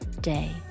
day